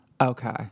okay